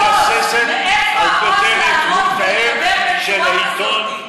את מתבסס על כותרת של העיתון,